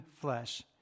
flesh